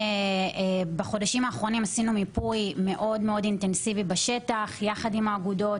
בחודשים האחרונים עשינו מיפוי מאוד אינטנסיבי בשטח יחד עם האגודות.